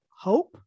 hope